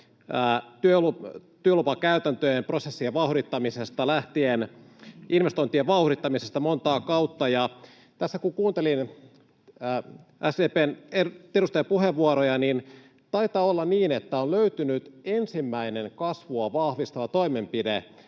työlupakäytäntöjen ja ‑prosessien vauhdittamisesta, lähtien investointien vauhdittamisesta montaa kautta. Tässä kun kuuntelin SDP:n edustajien puheenvuoroja, niin taitaa olla niin, että on löytynyt ensimmäinen kasvua vahvistava toimenpide,